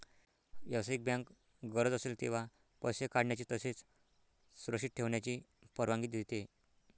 व्यावसायिक बँक गरज असेल तेव्हा पैसे काढण्याची तसेच सुरक्षित ठेवण्याची परवानगी देते